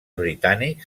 britànics